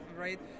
right